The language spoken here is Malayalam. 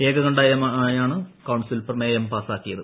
ഏകകണ്ഠമായാണ് കൌൺസിൽ പ്രമേയം പാസ്സാക്കിയത്